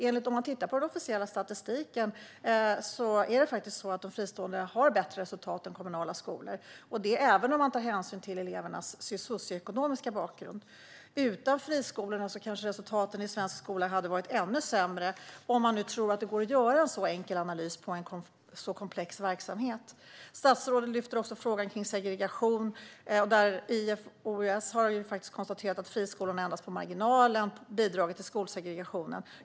Enligt den officiella statistiken har de fristående skolorna bättre resultat än kommunala skolor - detta även om man tar hänsyn till eleverna socioekonomiska bakgrund. Utan friskolorna hade resultaten i svensk skola kanske varit ännu sämre, om man nu tror att det går att göra en så enkel analys av en så komplex verksamhet. Statsrådet lyfter upp frågan om segregation. IFOUS har konstaterat att friskolorna endast på marginalen har bidragit till skolsegregationen.